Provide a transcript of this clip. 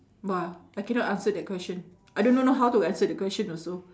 !wah! I cannot answer that question I don't know know how to answer that question also